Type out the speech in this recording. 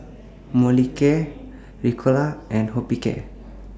Molicare Ricola and Hospicare